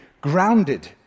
grounded